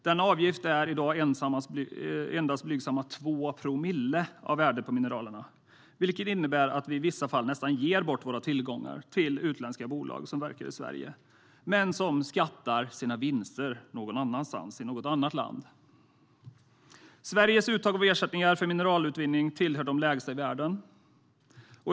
Denna avgift är endast blygsamma 2 promille av värdet på mineralerna, vilket innebär att vi i vissa fall nästan ger bort våra tillgångar till utländska bolag som verkar i Sverige men som skattar sina vinster i något annat land. Sveriges uttag av ersättningar för mineralutvinning tillhör de lägsta i världen.